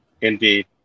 Indeed